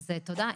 תודה.